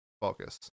focus